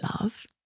love